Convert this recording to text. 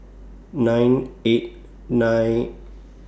nine eight nine